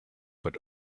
but